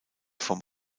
vom